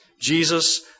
Jesus